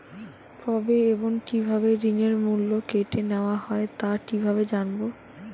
কবে এবং কিভাবে ঋণের মূল্য কেটে নেওয়া হয় তা কিভাবে জানবো?